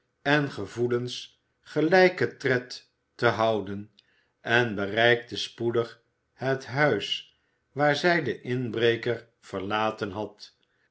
en gevoelens gelijken tred te houden en bereikte spoedig het huis waar zij den inbreker verlaten had